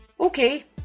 Okay